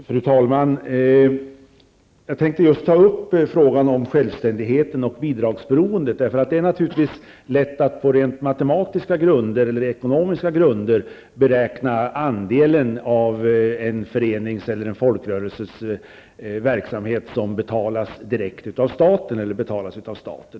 Fru talman! Jag tänkte just ta upp frågan om självständigheten och bidragsberoendet. Det är naturligtvis lätt att på rent matematiska eller ekonomiska grunder beräkna den andel av en förenings eller en folkrörelses verksamhet som betalas direkt av staten.